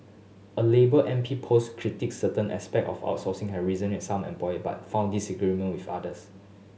a labour M P post critic certain aspect of outsourcing has resonated some employer but found disagreement with others